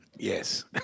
Yes